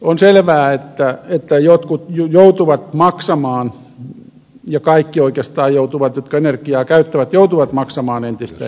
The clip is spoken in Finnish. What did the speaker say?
on selvää että jotkut joutuvat maksamaan ja kaikki oikeastaan jotka energiaa käyttävät joutuvat maksamaan entistä enemmän